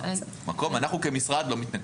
אנחנו, כמשרד, לא מתנגדים.